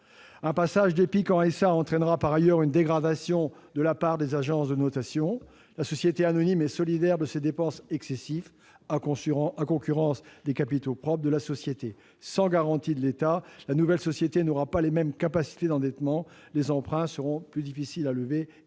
un passage d'EPIC en SA entraînera une dégradation de la part des agences de notation. La société anonyme est solidaire de ses dépenses excessives, à concurrence des capitaux propres de la société. Sans garantie de l'État, la nouvelle société n'aura pas les mêmes capacités d'endettement, les emprunts seront plus difficiles à lever